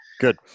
good